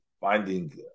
finding